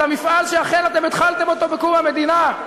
את המפעל שאכן אתם התחלתם אותו בקום המדינה,